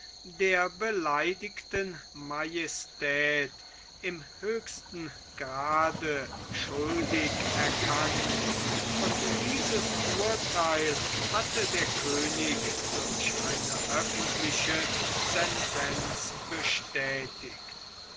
der beleidigten majestät im höchsten grade schuldig erkannt und dieses urtheil hatte der könig durch eine öffentliche sentenz bestätigt